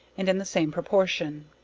and in the same proportion.